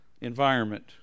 environment